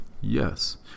yes